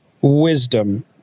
wisdom